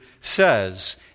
says